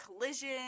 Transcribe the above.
collision